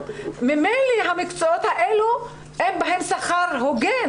ממילא המקצועות האלה אין בהם שכר הוגן